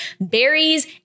berries